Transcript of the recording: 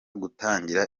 gutangira